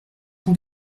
cent